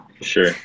sure